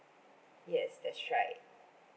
yes that's right